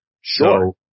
Sure